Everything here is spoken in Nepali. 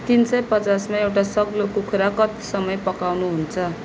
तिन सय पचासमा एउटा सग्लो कुखुरा कति समय पकाउनुहुन्छ